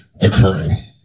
occurring